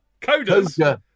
Coders